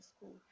school